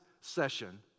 session